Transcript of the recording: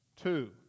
Two